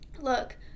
look